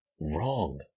wrong